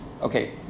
Okay